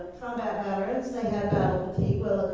combat veterans, they had battle